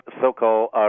so-called